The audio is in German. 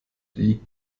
die